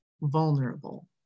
vulnerable